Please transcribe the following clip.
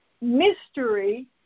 mystery